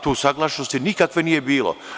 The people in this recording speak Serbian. Tu usaglašenosti nikakve nije bilo.